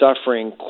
suffering